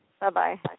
Bye-bye